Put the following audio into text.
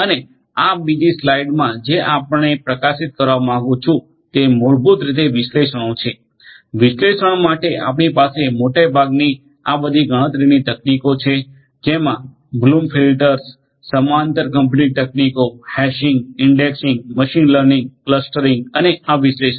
અને આ બીજી સ્લાઇડમાં જે આપણે પ્રકાશિત કરવા માંગુ છે તે મૂળભૂતરીતે વિશ્લેષણો છે વિશ્લેષણ માટે આપણી પાસે મોટેભાગની આ બધી ગણતરીની તકનીકો છે જેમાં બ્લુમ ફિલ્ટર્સ સમાંતર કમ્પ્યુટિંગ તકનીકો hashing indexing machine learning clustering અને આ વિશ્લેષણ